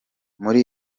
muri